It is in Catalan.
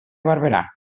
barberà